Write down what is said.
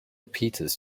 peters